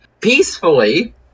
peacefully